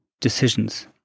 decisions